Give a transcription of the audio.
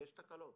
ויש תקלות,